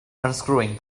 unscrewing